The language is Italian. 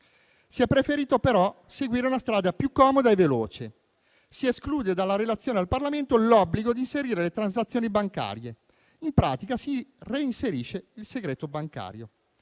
Si è preferito però seguire una strada più comoda e veloce. Si esclude dalla relazione al Parlamento l'obbligo di inserire le transazioni bancarie. In pratica, si reinserisce il segreto bancario.